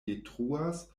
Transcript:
detruas